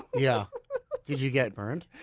yeah did you get burned?